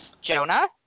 Jonah